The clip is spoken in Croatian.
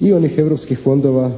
i onih europskih fondova